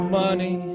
money